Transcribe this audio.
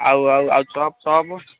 ଆଉ ଆଉ ଆଉ